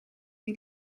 die